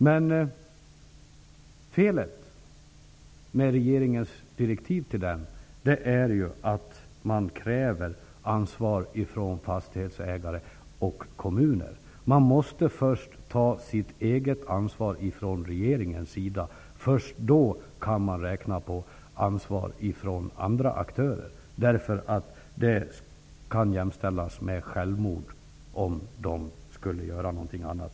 Men felet i regeringens direktiv är att det krävs ansvar från fastighetsägare och kommuner. Regeringen måste först ta sitt ansvar. Först då går det att räkna med ansvar från andra aktörer. Det kan jämställas med självmord om de skulle göra något annat.